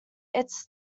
its